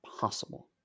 possible